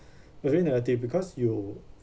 very negative because you